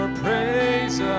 praise